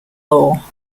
law